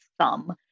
thumb